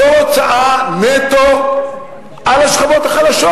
זו הוצאה נטו לשכבות החלשות.